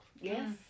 yes